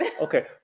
Okay